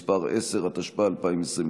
אני מוסיף את חברי הכנסת אבוטבול